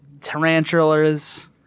tarantulas